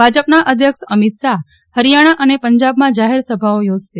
ભાજપના અધ્યક્ષ અમિત શાહ હરિયાણા અને પંજાબમાં જાહેર સભાઓ યોજશે